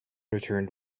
returned